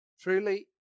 Truly